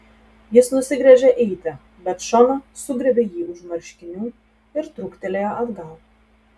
jis nusigręžė eiti bet šona sugriebė jį už marškinių ir trūktelėjo atgal